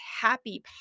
happy